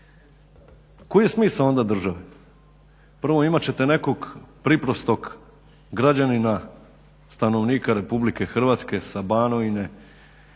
Koji je smisao onda države? Prvo, imat ćete nekog priprostog građanina stanovnika RH sa Banovine,